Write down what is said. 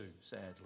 sadly